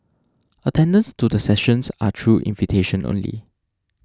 attendance to the sessions are through invitation only